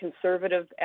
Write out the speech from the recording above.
conservative